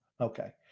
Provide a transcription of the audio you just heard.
Okay